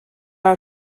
are